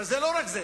אבל זה לא רק זה.